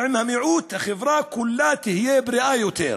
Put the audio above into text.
החברה כולה תהיה בריאה יותר.